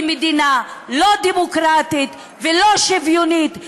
היא מדינה לא דמוקרטית ולא שוויונית,